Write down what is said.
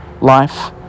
life